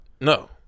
no